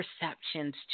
perceptions